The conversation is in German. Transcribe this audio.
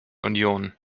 union